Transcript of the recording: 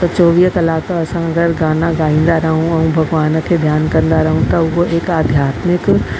त चोवीह कलाक असां अगरि गाना ॻाईन्दा रहूं भॻवान खे ध्यानु कंदा रहूं त उहो हिकु आध्यात्मिक